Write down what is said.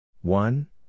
One